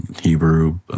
Hebrew